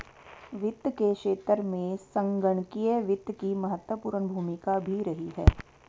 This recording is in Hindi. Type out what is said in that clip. वित्त के क्षेत्र में संगणकीय वित्त की महत्वपूर्ण भूमिका भी रही है